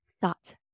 thoughts